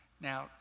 Now